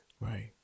right